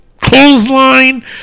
clothesline